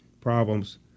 problems